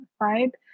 right